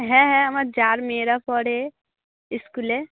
হ্যাঁ হ্যাঁ আমার জা র মেয়েরা পড়ে স্কুলে